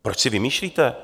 Proč si vymýšlíte?